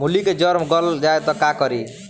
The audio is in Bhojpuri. मूली के जर गल जाए त का करी?